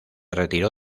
retiró